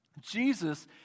Jesus